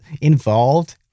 involved